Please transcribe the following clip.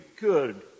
good